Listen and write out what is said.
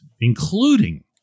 including